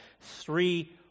three